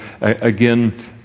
again